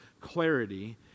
clarity